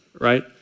right